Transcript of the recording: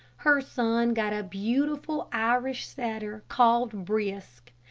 her son got a beautiful irish setter, called brisk.